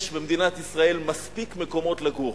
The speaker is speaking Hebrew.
יש במדינת ישראל מספיק מקומות לגור,